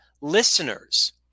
listeners